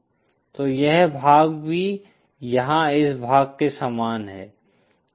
तो यह भाग भी यहाँ इस भाग के समान है